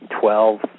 Twelve